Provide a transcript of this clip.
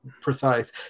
precise